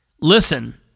Listen